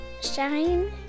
shine